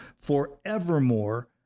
forevermore